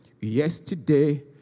yesterday